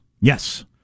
Yes